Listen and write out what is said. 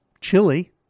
chili